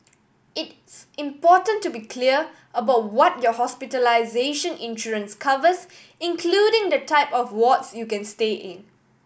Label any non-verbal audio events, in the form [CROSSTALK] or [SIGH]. it [UNINTELLIGIBLE] important to be clear about what your hospitalization insurance covers including the type of wards you can stay in